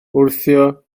wthio